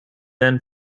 then